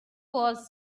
was